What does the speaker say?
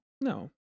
No